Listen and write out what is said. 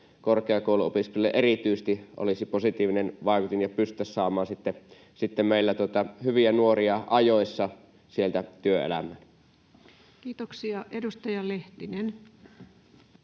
korkeakouluopiskelijalle erityisesti olisi positiivinen vaikutin, ja pystyttäisiin saamaan sieltä sitten hyviä nuoria ajoissa työelämään. Kiitoksia. — Edustaja Lehtinen.